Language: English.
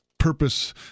purpose